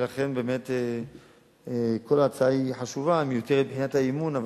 לכן כל ההצעה חשובה, אבל היא מיותרת מבחינת האמון.